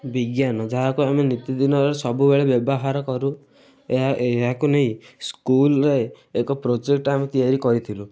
ବିଜ୍ଞାନ ଯାହାକୁ ଆମେ ନିତିଦିନର ସବୁବେଳେ ବ୍ୟବହାର କରୁ ଏହା ଏହାକୁ ନେଇ ସ୍କୁଲରେ ଏକ ପ୍ରୋଜେକ୍ଟ ଆମେ ତିଆରି କରିଥିଲୁ